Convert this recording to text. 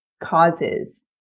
causes